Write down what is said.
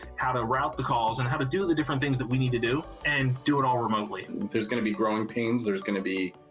how to route the calls, and how to do the different things that we need to do and do it all remotely. there's going to be growing pains. there's going to be,